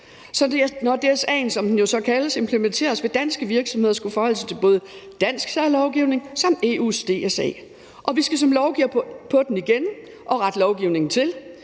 den så kaldes, implementeres, vil danske virksomheder skulle forholde sig til både dansk særlovgivning og til EU’s DSA. Og måske skal vi som lovgivere på den igen og rette lovgivningen til.